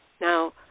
now